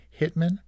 hitman